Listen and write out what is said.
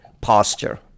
posture